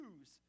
choose